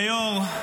אדוני היושב-ראש,